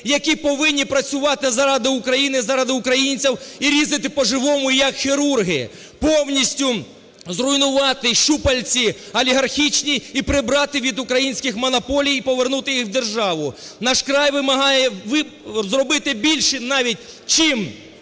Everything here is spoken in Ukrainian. які повинні працювати заради України, заради українців і різати по-живому, як хірурги, повністю зруйнувати щупальці олігархічні і прибрати від українських монополій, і повернути їх в державу. "Наш край" вимагає зробити більше навіть, чим